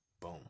Boom